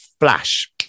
flash